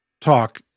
talk